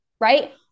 Right